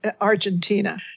Argentina